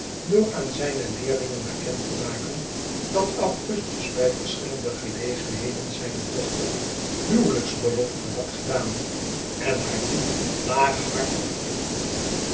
door aan zljne leerlingen bekend te maken dat augustus bij verschillende gelegenheden zijne dochter huwelijksbeloften had gedaan en haar nu laaghartig verliet